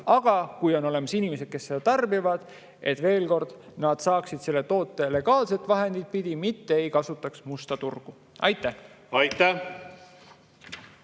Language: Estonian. aga kui on olemas inimesed, kes seda tarbivad, siis nad saaksid selle toote legaalseid [teid] pidi, mitte ei kasutaks musta turgu. Aitäh!